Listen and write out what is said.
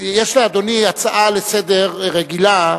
יש לאדוני הצעה רגילה לסדר-היום,